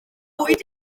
bwyd